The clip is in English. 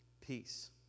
peace